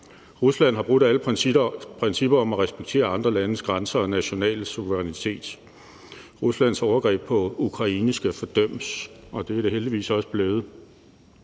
Rusland har brudt alle principper om at respektere andre landes grænser og nationale suverænitet. Ruslands overgreb på Ukraine skal fordømmes, og det er det heldigvis også blevet